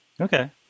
okay